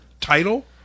title